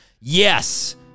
Yes